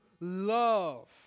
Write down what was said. love